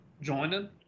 joining